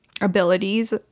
abilities